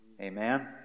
Amen